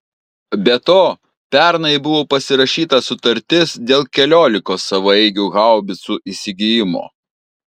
be to pernai buvo pasirašyta sutartis dėl keliolikos savaeigių haubicų įsigijimo